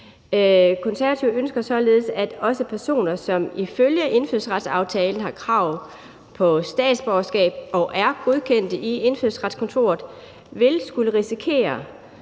Konservative ønsker således, at også personer, som ifølge indfødsretsaftalen har krav på statsborgerskab og er godkendt i Indfødsretskontoret, vil skulle risikere